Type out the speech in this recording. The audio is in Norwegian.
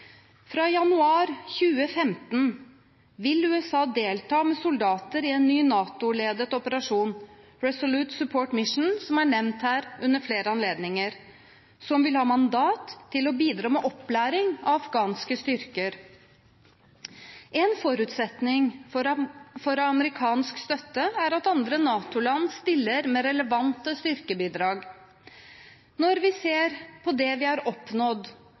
Fra januar 2015 vil USA delta med soldater i en ny NATO-ledet operasjon, Resolute Support mission, som er nevnt her ved flere anledninger, og som vil ha mandat til å bidra med opplæring av afghanske styrker. En forutsetning for amerikansk støtte er at andre NATO-land stiller med relevante styrkebidrag. Når vi ser på det vi har oppnådd